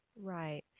Right